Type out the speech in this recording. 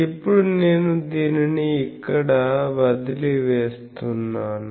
ఇప్పుడు నేను దీనిని ఇక్కడ వదిలివేస్తున్నాను